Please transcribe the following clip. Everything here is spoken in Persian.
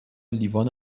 لیوان